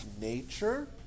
nature